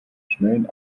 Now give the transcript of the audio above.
schnellen